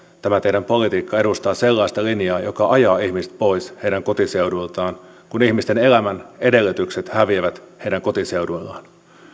tämä teidän politiikkanne edustaa sellaista linjaa joka ajaa ihmiset pois heidän kotiseuduiltaan kun ihmisten elämän edellytykset häviävät heidän kotiseuduiltaan